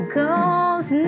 goes